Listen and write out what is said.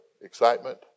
excitement